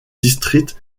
district